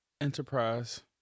enterprise